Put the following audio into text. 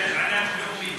שיש עניין לאומי.